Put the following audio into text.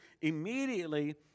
immediately